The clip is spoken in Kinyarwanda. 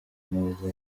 neza